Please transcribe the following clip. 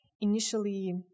initially